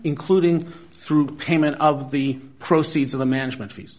including through payment of the proceeds of the management fees